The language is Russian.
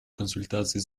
консультации